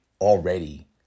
already